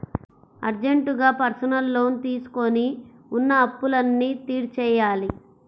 అర్జెంటుగా personal loan తీసుకొని ఉన్న అప్పులన్నీ తీర్చేయ్యాలి